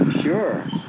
Sure